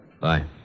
Bye